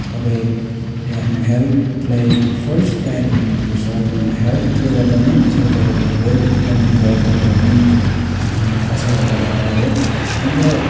तपाईँले आफ्नो हेल्थलाई फर्स्ट प्रायोरिटी दिनु पर्छ किनभने हेल्थले गर्दा नै पछाडि तपाईँको वेल्थ बनिन्छ त्यो कुरा पनि थाहा छ होला तपाईँहरूलाई हो अन्त